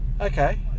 Okay